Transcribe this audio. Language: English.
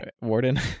warden